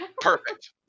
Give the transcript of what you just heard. Perfect